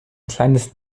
kleines